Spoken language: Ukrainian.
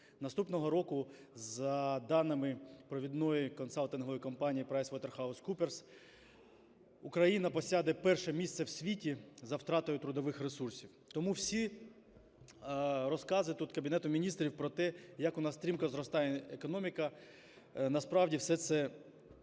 Наступного року за даними провідної консалтингової компанії PricewaterhousCoopers Україна посяде перше місце в світі за втратою трудових ресурсів. Тому всі розкази тут Кабінету Міністрів про те, як у нас стрімко зростає економіка, насправді все це